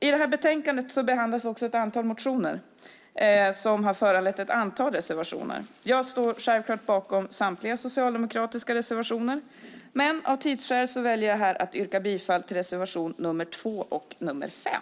I det här betänkandet behandlas ett antal motioner som föranlett ett antal reservationer. Jag står självklart bakom samtliga socialdemokratiska reservationer, men av tidsskäl väljer jag här att yrka bifall till reservationerna 2 och 5.